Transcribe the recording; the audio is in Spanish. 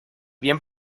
bien